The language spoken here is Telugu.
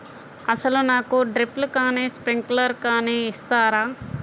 అసలు నాకు డ్రిప్లు కానీ స్ప్రింక్లర్ కానీ ఇస్తారా?